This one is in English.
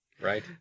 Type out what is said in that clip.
Right